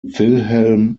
wilhelm